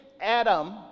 Adam